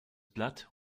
blatt